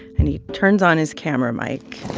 and he turns on his camera mic